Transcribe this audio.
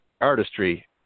artistry